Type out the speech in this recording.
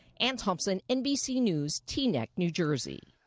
anne thompson, nbc news, teaneck, new jersey.